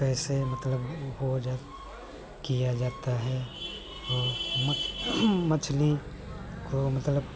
ऐसे मतलब वह हो जा किया जाता है वह मत मछली वह मतलब